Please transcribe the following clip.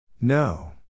No